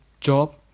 Job